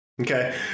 Okay